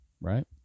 right